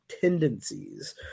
tendencies